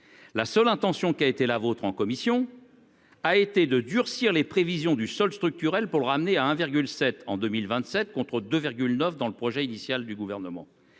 la seule intention qui a été la vôtre en commission a été de durcir les prévisions du solde structurel pour le ramener à un virgule 7 en 2027 contre 2 9 dans le projet initial du gouvernement